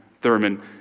Thurman